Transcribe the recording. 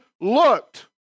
looked